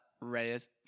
Reyes